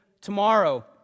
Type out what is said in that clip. tomorrow